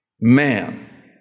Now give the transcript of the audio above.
man